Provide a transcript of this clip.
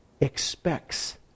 expects